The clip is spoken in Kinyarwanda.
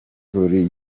gukora